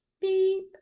beep